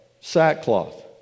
sackcloth